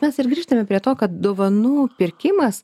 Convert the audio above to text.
mes ir grįžtame prie to kad dovanų pirkimas